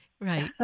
right